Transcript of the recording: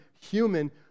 human